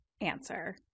answer